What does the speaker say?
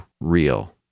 real